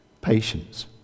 Patience